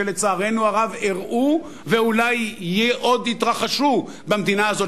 שלצערנו הרב אירעו ואולי עוד יתרחשו במדינה הזאת,